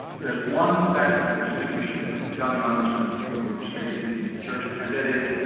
there's one factor that distinguishes the young nones from the people who have stayed in church, and that is,